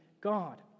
God